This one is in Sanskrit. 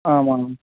आमाम्